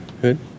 Good